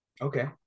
Okay